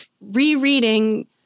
rereading